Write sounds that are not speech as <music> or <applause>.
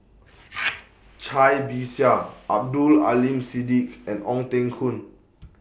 <noise> Cai Bixia Abdul Aleem Siddique and Ong Teng Koon